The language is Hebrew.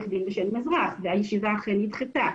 הישיבה אכן נדחתה.